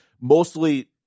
mostly –